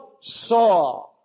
saw